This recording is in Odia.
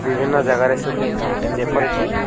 ବିଭିନ୍ନ ଜାଗାରେ ଶୁଖେଇଥାଉ ଯେପରିକି